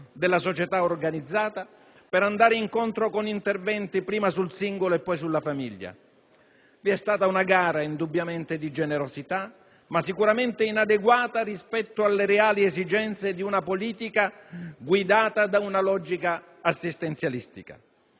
della società organizzata, per andare incontro con interventi prima sul singolo e poi sulla famiglia. Vi è stata una gara indubbiamente di generosità, ma sicuramente inadeguata rispetto alle reali esigenze di una politica guidata da una logica assistenzialistica.